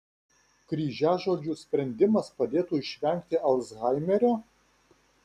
kryžiažodžių sprendimas padėtų išvengti alzhaimerio